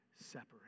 separate